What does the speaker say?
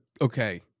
Okay